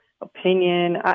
opinion